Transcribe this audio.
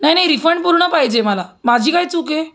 नाही नाही रिफंड पूर्ण पाहिजे मला माझी काय चूक आहे